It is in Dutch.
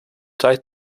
tijd